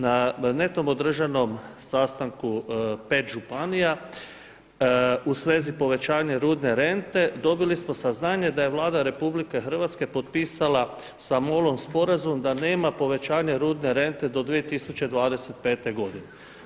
Na netom održanom sastanku pet županija u svezi povećanja rudne rente dobili smo saznanje da je Vlada RH potpisala sa MOL-om sporazum da nema povećanja rudne rente do 2025. godine.